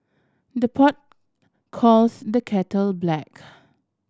the pot calls the kettle black